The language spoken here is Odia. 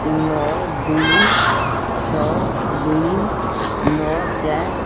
ନଅ ଦୁଇ ଛଅ ଦୁଇ ନଅ ଚାରି